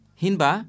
hinba